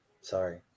Sorry